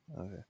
Okay